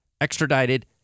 extradited